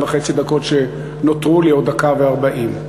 וחצי הדקות שנותרו לי או הדקה ו-40.